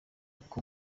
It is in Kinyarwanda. uko